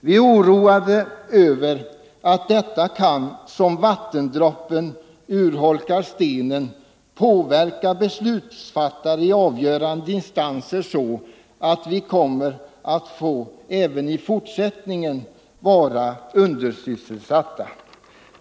Vi är oroade över att detta kan som vattendroppen urholkar stenen påverka beslutsfattare i avgörande instanser så, att vi även i fortsättningen kommer att vara undersysselsatta. Fru talman!